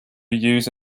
use